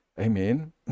Amen